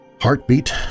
Heartbeat